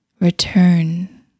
return